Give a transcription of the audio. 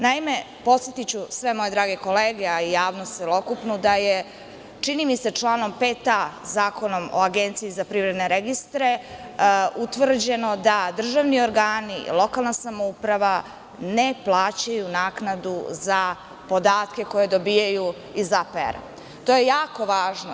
Naime, podsetiću sve moje drage kolege, a i javnost celokupnu da je čini mi se članom 5a Zakona o Agenciji za privredne registre utvrđeno da državni organi, lokalne samouprave ne plaćaju naknadu za podatke koje dobijaju iz APR. To je jako važno.